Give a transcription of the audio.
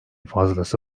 fazlası